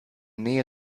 nähe